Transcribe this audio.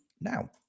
now